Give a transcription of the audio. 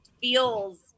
feels